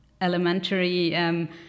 elementary